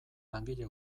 langile